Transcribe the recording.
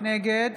נגד